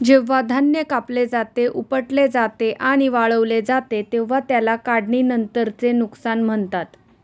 जेव्हा धान्य कापले जाते, उपटले जाते आणि वाळवले जाते तेव्हा त्याला काढणीनंतरचे नुकसान म्हणतात